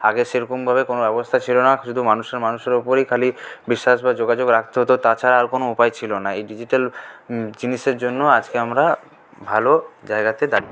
আগে সেরকমভাবে কোনো ব্যবস্থা ছিল না কিছু তো মানুষের মানুষের ওপরেই খালি বিশ্বাস বা যোগাযোগ রাখতে হত তাছাড়া আর কোনো উপায় ছিল না এই ডিজিটাল জিনিসের জন্য আজকে আমরা ভালো জায়গাতে দাঁড়িয়ে